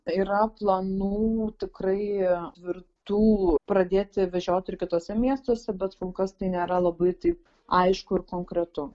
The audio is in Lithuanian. yra planų tikrai tvirtų pradėti vežioti ir kituose miestuose bet kol kas tai nėra labai taip aišku ir konkretu